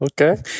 Okay